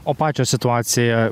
o pačio situacija